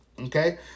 okay